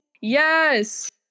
Yes